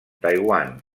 taiwan